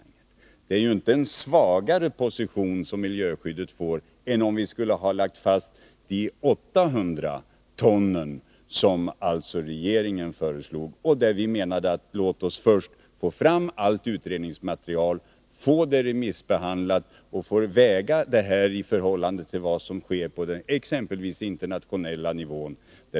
Miljöskyddet får ju därmed inte en svagare position än om vi skulle ha fastställt de 800 ton som regeringen föreslog. Vi menar att man först skall ta fram allt utredningsmaterial, få det remissbehandlat och bedömt i förhållande till vad som sker exempelvis på internationell nivå.